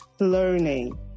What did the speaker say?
learning